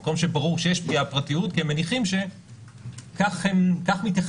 מקום שברור שיש פגיעה בפרטיות כי הם מניחים שכך מתייחסים